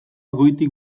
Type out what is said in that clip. goitik